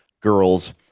girls